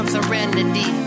Serenity